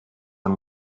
and